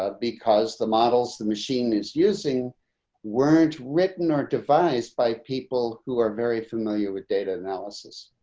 ah because the models the machine is using weren't written or devised by people who are very familiar with data analysis.